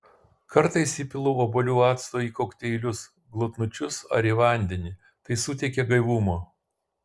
kartais įpilu obuolių acto į kokteilius glotnučius ar į vandenį tai suteikia gaivumo